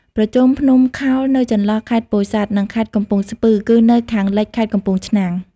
ប្រជុំភ្នំខោលនៅចន្លោះខេត្តពោធិសាត់ និងខេត្តកំពង់ស្ពឺ គឺនៅ ខាងលិចខេត្តកំពង់ឆ្នាំង ។